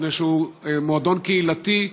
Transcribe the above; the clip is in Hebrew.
מפני שהוא מועדון קהילתי,